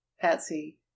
Patsy